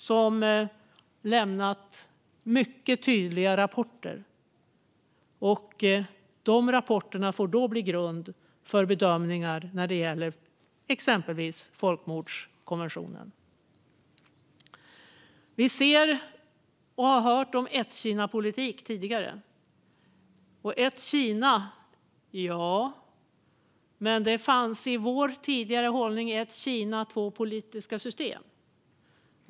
De har lämnat mycket tydliga rapporter, och de rapporterna får då bli grund för bedömningar när det gäller exempelvis folkmordskonventionen. Vi har hört om ett-Kina-politiken tidigare. Ett Kina, ja, men det fanns i vår tidigare hållning "ett land två system".